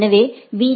எனவே பி